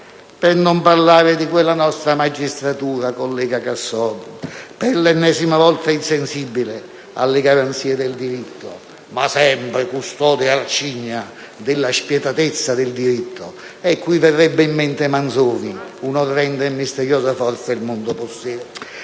Per non parlare di quella nostra magistratura, collega Casson, per l'ennesima volta insensibile alle garanzie del diritto, ma sempre custode arcigna della spietatezza del diritto. Qui verrebbe in mente Manzoni: «un'orrenda e misteriosa forza il mondo possiede».